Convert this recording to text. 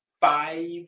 five